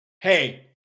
hey